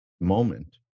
moment